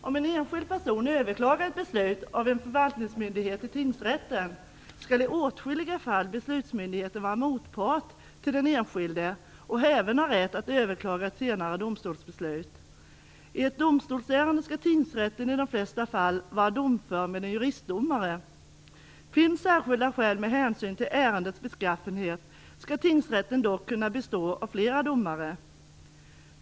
Om en enskild person överklagar ett beslut av en förvaltningsmyndighet till tingsrätten skall i åtskilliga fall beslutsmyndigheten vara motpart till den enskilde och även ha rätt att överklaga vid senare domstolsbeslut. I ett domstolsärende skall tingsrätten i de flesta fall vara domför med en juristdomare. Finns särskilda skäl med hänsyn till ärendets beskaffenhet skall tingsrätten dock kunna bestå av flera domare.